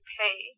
pay